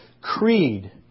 Creed